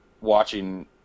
watching